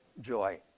joy